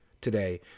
today